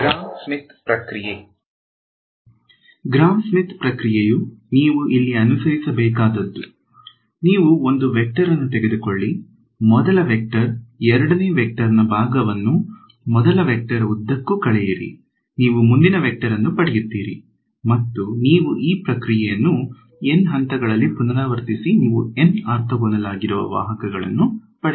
gram Schmidt ಪ್ರಕ್ರಿಯೆ Gram Schmidt ಪ್ರಕ್ರಿಯೆಯು ನೀವು ಇಲ್ಲಿ ಅನುಸರಿಸಬೇಕಾದದ್ದು ನೀವು ಒಂದು ವೆಕ್ಟರ್ ಅನ್ನು ತೆಗೆದುಕೊಳ್ಳಿ ಮೊದಲ ವೆಕ್ಟರ್ ಎರಡನೇ ವೇಕ್ಟರ್ ನಾ ಭಾಗವನ್ನು ಮೊದಲ ವೆಕ್ಟರ್ ಉದ್ದಕ್ಕೂ ಕಳೆಯಿರಿ ನೀವು ಮುಂದಿನ ವೆಕ್ಟರ್ ಅನ್ನು ಪಡೆಯುತ್ತೀರಿ ಮತ್ತು ನೀವು ಈ ಪ್ರಕ್ರಿಯೆಯನ್ನು N ಹಂತಗಳಲ್ಲಿ ಪುನರಾವರ್ತಿಸಿ ನೀವು N ಆರ್ಥೋಗೋನಲ್ ಆಗಿರುವ ವಾಹಕಗಳನ್ನು ಪಡೆಯುತ್ತೀರಿ